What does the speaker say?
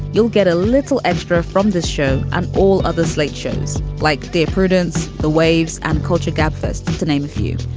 you'll get a little extra from this show and all others. slate shows like dear prudence. the waves and culture gabfest. and to name a few.